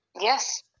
Yes